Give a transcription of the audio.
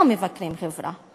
לא מבקרים חברה,